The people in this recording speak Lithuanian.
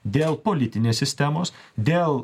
dėl politinės sistemos dėl